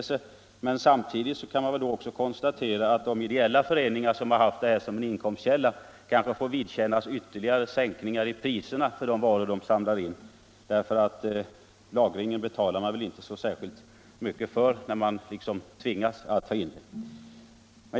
Samtidigt kan man väl då också konstatera att de ideella föreningar som haft pappersinsamlingar som inkomstkälla kanske får vidkännas ytterligare sänkningar av priserna för de varor de samlar in. Papper som måste lagras betalar man väl inte så särskilt mycket för när man liksom tvingas att ta in papperet.